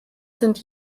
sind